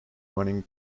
running